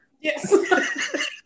Yes